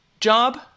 job